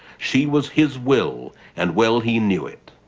she was his will and well he knew it.